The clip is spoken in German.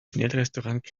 schnellrestaurant